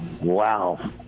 Wow